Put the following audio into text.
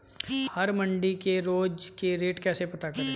हम मंडी के रोज के रेट कैसे पता करें?